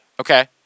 Okay